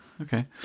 Okay